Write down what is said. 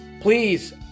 Please